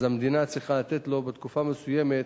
המדינה צריכה לתת לו בתקופה מסוימת